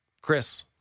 Chris